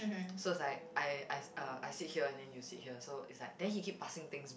so it's like I I uh I sit here and then you sit here so it's like then he keep passing things